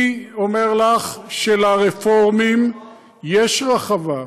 אני אומר לך שלרפורמים יש רחבה.